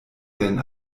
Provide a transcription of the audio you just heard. werden